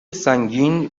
سنگین